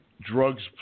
drugs